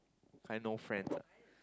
I no friends lah